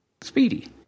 Speedy